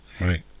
right